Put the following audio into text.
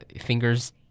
fingers